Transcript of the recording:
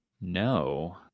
No